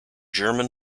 german